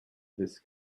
this